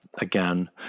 again